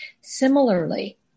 Similarly